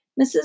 Mrs